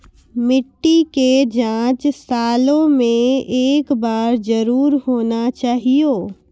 मिट्टी के जाँच सालों मे एक बार जरूर होना चाहियो?